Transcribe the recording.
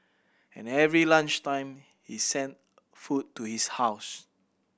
and every lunch time he sent food to his house